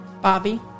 Bobby